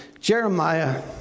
Jeremiah